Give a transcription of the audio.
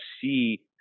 see